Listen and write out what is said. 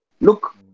Look